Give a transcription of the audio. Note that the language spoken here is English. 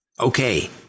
Okay